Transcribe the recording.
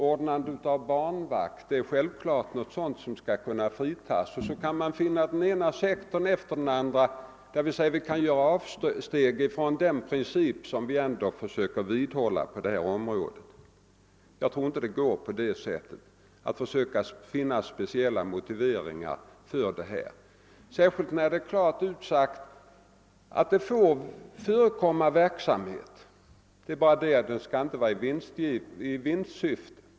Ordnandet av barnvakt är enligt viss uppfattning någonting som skall kunna fritas, och så kan man finna den ena sektorn efter den andra, där man vill göra avsteg från den princip som man ändå försöker vidhålla på detta område. Jag tror inte att det går att på detta sätt söka finna speciella motiveringar, särskilt inte när det är klart utsagt att det får förekomma förmedlingsverksamhet, bara den inte drivs i vinstsyfte.